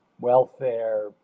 welfare